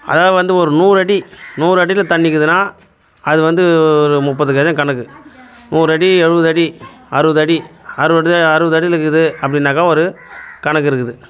அதாவது வந்து ஒரு நூறு அடி நூறு அடியில் தண்ணி இருக்குதுன்னால் அது வந்து ஒரு முப்பது கஜம் கணக்கு நூறு அடி எழுபது அடி அறுபது அடி அறுபது அறுபது அடியில் இருக்குது அப்படின்னாக்கா ஒரு கணக்கு இருக்குது